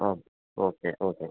ആ okay okay